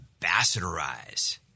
ambassadorize